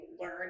learn